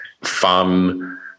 fun